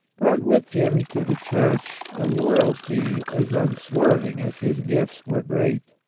brought with him to the church a loyalty as unswerving as his gifts were great.